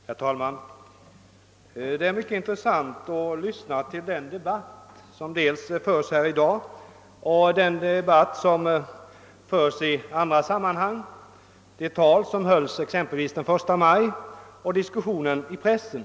Herr talman! Det är mycket intressant att lyssna till denna debatt, liksom det har varit intressant att lyssna till den diskussion kring dessa frågor som förts i andra sammanhang — och till talen på 1 maj — samt att ta del av den debatt som förts och förs i pressen.